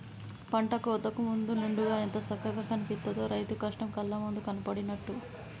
పంట కోతకు ముందు నిండుగా ఎంత సక్కగా కనిపిత్తదో, రైతు కష్టం కళ్ళ ముందు కనబడినట్టు